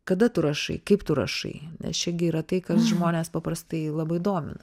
kada tu rašai kaip tu rašai nes čia gi yra tai kas žmones paprastai labai domina